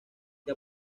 que